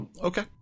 okay